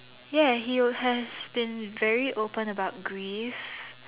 ya he has been very open about grief